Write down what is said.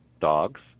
dogs